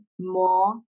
more